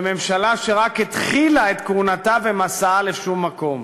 ממשלה שרק התחילה את כהונתה ומסעה לשום מקום.